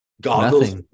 Goggles